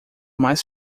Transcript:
mais